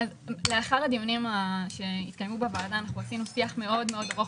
לאחר הדיונים שהתקיימו בוועדה קיימנו שיח מאוד ארוך